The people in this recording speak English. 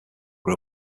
grew